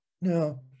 Now